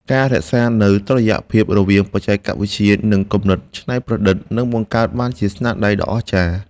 ការរក្សានូវតុល្យភាពរវាងបច្ចេកវិទ្យា និង គំនិតច្នៃប្រឌិតនឹងបង្កើតបានជាស្នាដៃដ៏អស្ចារ្យ។